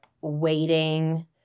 waiting